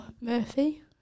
Murphy